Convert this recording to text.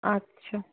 আচ্ছা